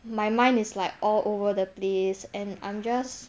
my mind is like all over the place and I'm just